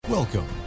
Welcome